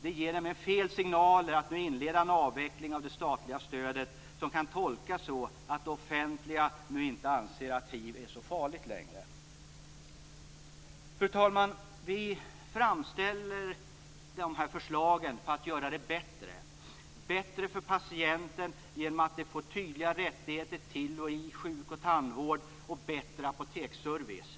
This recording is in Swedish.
Det ger nämligen fel signaler att nu inleda en avveckling av det statliga stödet. Det kan tolkas så, att det offentliga inte anser att hiv är så farligt längre. Fru talman! Vi framställer dessa förslag för att göra det bättre. Det blir bättre för patienterna genom att de får tydliga rättigheter till och i sjuk och tandvård och bättre apoteksservice.